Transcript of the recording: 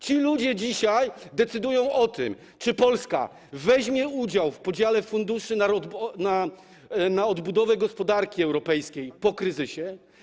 Ci ludzie dzisiaj decydują o tym, czy Polska weźmie udział w podziale funduszy na odbudowę gospodarki europejskiej po kryzysie.